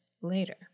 later